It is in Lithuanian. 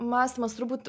mąstymas turbūt